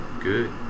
Good